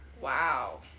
Wow